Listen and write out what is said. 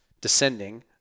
descending